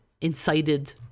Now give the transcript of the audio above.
incited